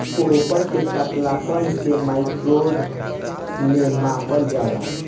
paper के पतलापन के माइक्रोन में नापल जाला